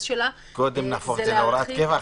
שלה -- קודם נהפוך את זה להוראת קבע,